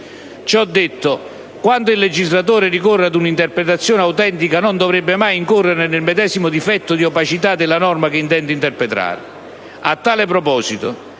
Ciò detto, quando il legislatore ricorre ad una interpretazione autentica non dovrebbe mai incorrere nel medesimo difetto di opacità della norma che intende interpretare. A tale proposito,